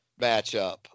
matchup